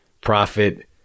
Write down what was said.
profit